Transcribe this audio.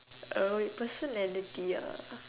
uh wait personality ah